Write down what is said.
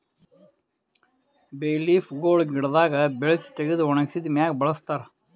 ಬೇ ಲೀಫ್ ಗೊಳ್ ಗಿಡದಾಗ್ ಬೆಳಸಿ ತೆಗೆದು ಒಣಗಿಸಿದ್ ಮ್ಯಾಗ್ ಬಳಸ್ತಾರ್